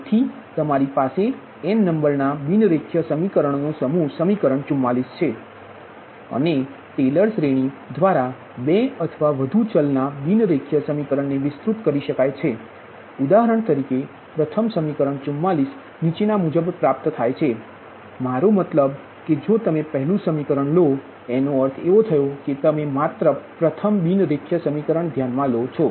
તેથી તમારી પાસે n નંબરના બિન રેખીય સમીકરણ નો સમૂહ સમીકરણ 44 છે અને ટેલરની શ્રેણી દ્વારા 2 અથવા વધુ ચલના બિન રેખીય સમીકરણ ને વિસ્તૃત કરી શકાય છે ઉદાહરણ તરીકે પ્રથમ સમીકરણ 44 નીચેના મુજબ પ્રાપ્ત થાય છે મારો મતલબ કે જો તમે પહેલું સમીકરણલો એનો અર્થ એવો થયો કેતમે માત્ર પ્રથમ બિન રેખીય સમીકરણ ધ્યાન મા લો છો